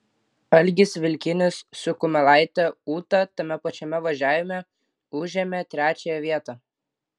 algis vilkinis su kumelaite ūta tame pačiame važiavime užėmė trečiąją vietą